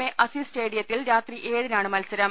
A Aziz സ്റ്റേഡിയത്തിൽ രാത്രി ഏഴിനാണ് മത്സരം